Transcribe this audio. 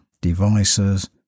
...devices